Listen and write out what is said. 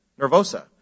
nervosa